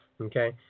Okay